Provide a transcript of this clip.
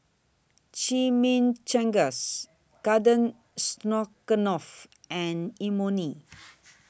Chimichangas Garden Stroganoff and Imoni